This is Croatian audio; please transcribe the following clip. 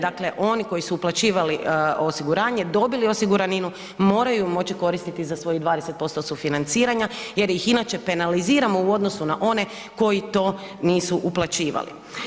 Dakle, oni koji su uplaćivali osiguranje dobili osiguraninu moraju moći koristiti za svojih 20% sufinanciranja jer ih inače penaliziramo u odnosu na one koji to nisu uplaćivali.